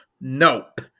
Nope